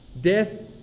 death